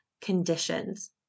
conditions